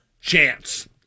chance